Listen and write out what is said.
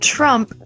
Trump